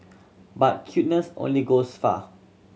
but cuteness only goes far